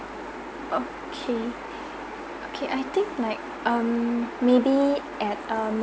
okay okay I think like um maybe at